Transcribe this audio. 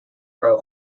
pro